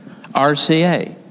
RCA